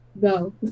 Go